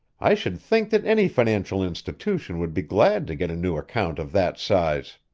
i should think that any financial institution would be glad to get a new account of that size.